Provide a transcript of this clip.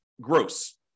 gross